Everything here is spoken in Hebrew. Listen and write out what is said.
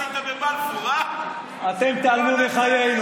ולכן, חברים, תודה, חבר הכנסת קרעי.